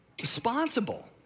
responsible